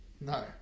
No